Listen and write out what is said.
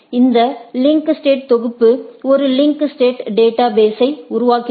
இந்த link state தொகுப்பு ஒரு லிங்க் ஸ்டேட் டேட்டா பேஸை உருவாக்குகிறது